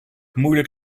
moeilijk